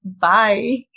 Bye